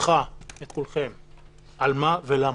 אותך ואת כולכם: על מה ולמה?